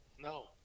no